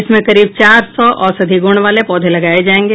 इसमें करीब चार सौ औषधी गुण वाले पौधे लगाये जायेंगे